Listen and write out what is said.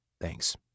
Thanks